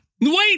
wait